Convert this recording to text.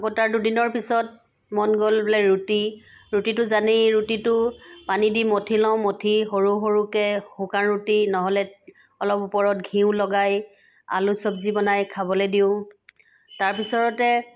আকৌ তাৰ দুদিনৰ পিছত মন গ'ল বোলে ৰুটি ৰুটিটো জানেই ৰুটিটো পানী দি মঠি লওঁ মঠি সৰু সৰুকৈ শুকান ৰুটি নহ'লে অলপ ওপৰত ঘিউ লগাই আলু চব্জি বনাই খাবলৈ দিওঁ তাৰ পিছতে